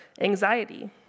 anxiety